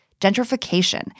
gentrification